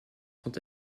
sont